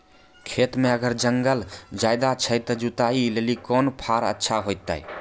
खेत मे अगर जंगल ज्यादा छै ते जुताई लेली कोंन फार अच्छा होइतै?